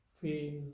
feel